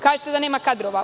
Kažete da nema kadrova?